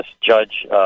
judge